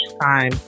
time